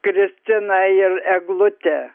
kristiną ir eglutę